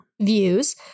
views